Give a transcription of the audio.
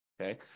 Okay